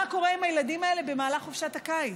קורה עם הילדים האלה במהלך חופשת הקיץ.